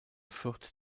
fürth